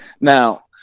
Now